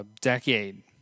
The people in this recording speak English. decade